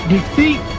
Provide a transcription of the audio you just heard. Defeat